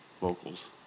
vocals